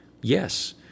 yes